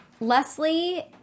Leslie